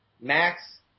Max